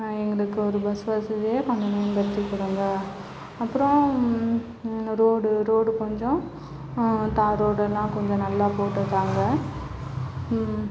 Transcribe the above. எங்களுக்கு ஒரு பஸ் வசதியை நாங்கள் மேம்படுத்தி கொடுங்க அப்புறம் ரோடு ரோடு கொஞ்சம் தார் ரோடெலாம் கொஞ்சம் நல்லா போட்டுத்தாங்க